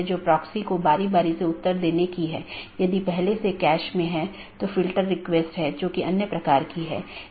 जब एक BGP स्पीकरों को एक IBGP सहकर्मी से एक राउटर अपडेट प्राप्त होता है तो प्राप्त स्पीकर बाहरी साथियों को अपडेट करने के लिए EBGP का उपयोग करता है